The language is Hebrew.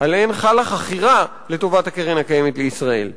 שעליהן חלה חכירה לטובת הקרן-הקיימת לישראל,